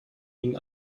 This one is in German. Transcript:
ihnen